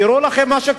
תראו מה קרה.